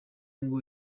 ngo